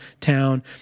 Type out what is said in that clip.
town